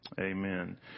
Amen